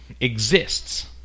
exists